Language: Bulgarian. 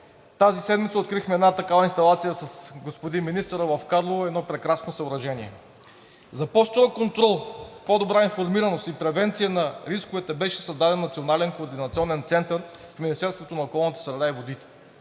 тази седмица открихме една такава инсталация с господин министъра в Карлово – едно прекрасно съоръжение. За по-строг контрол, по-добра информираност и превенция на рисковете беше създаден Национален координационен център в Министерството на околната среда и водите.